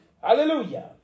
Hallelujah